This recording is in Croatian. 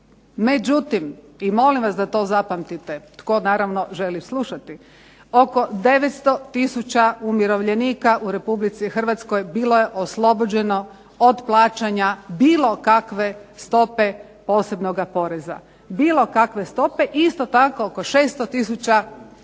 međutim i molim vas da to zapamtite, tko naravno želi slušati, oko 900 tisuća umirovljenika u Republici Hrvatskoj bilo je oslobođeno od plaćanja bilo kakve stope posebnoga poreza, bilo kakve stope. I isto tako oko 600 tisuća zaposlenih